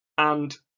and,